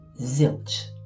zilch